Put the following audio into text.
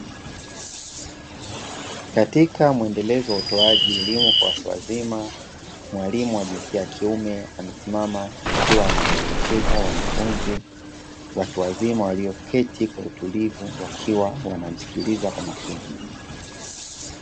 Katika muendelezo wa utoaji elimu kwa watu wazima, mwalimu wa jinsia ya kiume amesimama akiwa anawaelekeza wanafunzi watu wazima walioketi kwa utulivu, wakiwa wanamsikiliza kwa makini.